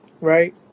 right